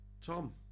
Tom